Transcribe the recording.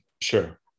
Sure